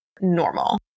normal